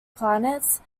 planets